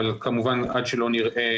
אבל כמובן עד שלא נראה